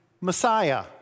Messiah